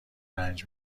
رنج